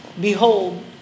Behold